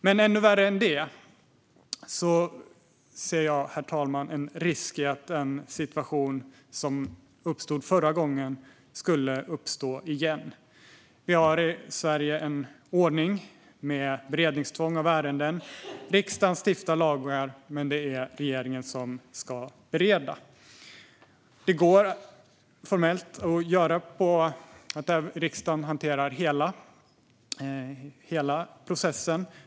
Men än värre än detta, herr talman, är att jag ser en risk i att den situation som uppstod förra gången ska uppstå igen. Vi har i Sverige en ordning med beredningstvång av ärenden - riksdagen stiftar lagar, men det är regeringen som bereder. Formellt kan riksdagen hantera hela processen.